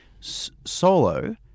Solo